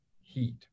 heat